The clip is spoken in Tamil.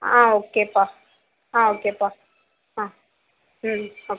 ஆ ஓகேப்பா ஆ ஓகேப்பா ஆ ம் ஓகே